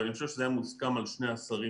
ואני חושב שזה היה מוסכם על שני השרים